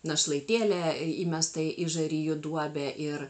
našlaitėlę įmesta į žarijų duobę ir